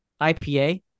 IPA